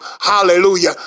Hallelujah